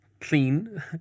clean